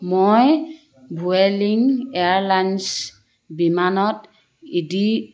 মই Vueling airlines বিমানত ই ডি